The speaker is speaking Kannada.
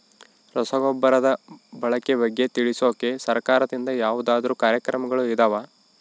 ರಸಗೊಬ್ಬರದ ಬಳಕೆ ಬಗ್ಗೆ ತಿಳಿಸೊಕೆ ಸರಕಾರದಿಂದ ಯಾವದಾದ್ರು ಕಾರ್ಯಕ್ರಮಗಳು ಇದಾವ?